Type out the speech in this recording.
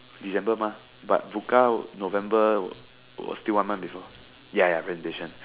December mah but Bukka November was was still one month before ya ya presentation